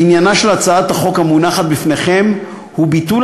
עניינה של הצעת החוק המונחת בפניכם הוא ביטול